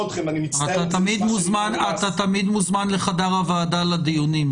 אתה תמיד מוזמן לחדר הוועדה לדיונים.